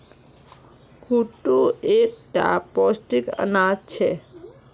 कुट्टू एक टा पौष्टिक अनाज छे